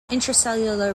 intracellular